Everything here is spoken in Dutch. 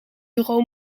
bureau